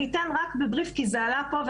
אני אתן רק בתקציר כי זה עלה פה,